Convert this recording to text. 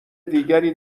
دیگری